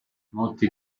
molti